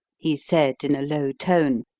he said in a low tone,